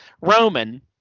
Roman